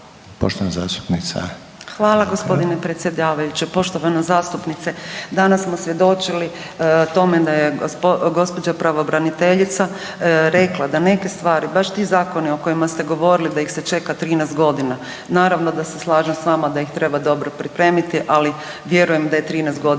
Hvala g. predsjedavajući. Poštovana zastupnice. Danas smo svjedočili tome da je gospođa pravobraniteljica rekla da neke stvari, baš ti zakoni o kojima ste govorili da ih se čeka 13 godina. Naravno da se slažem s vama da ih treba dobro pripremiti, ali vjerujem da je 13 godina